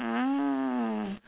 mm